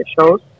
shows